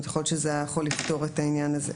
ויכול להיות שזה היה יכול לפתור את העניין הזה.